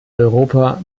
europa